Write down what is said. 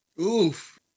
Oof